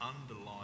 underlying